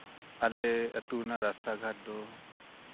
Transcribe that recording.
ᱟᱞᱮ ᱟᱹᱛᱩ ᱨᱮᱱᱟᱜ ᱨᱟᱥᱛᱟ ᱜᱷᱟᱴ ᱫᱚ